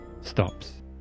stops